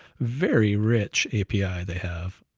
very rich api they have,